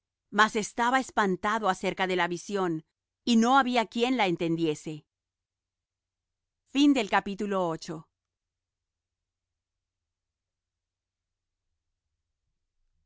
mas estaba espantado acerca de la visión y no había quien la entendiese en